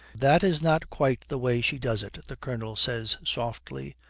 that is not quite the way she does it the colonel says softly,